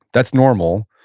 that's normal.